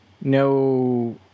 no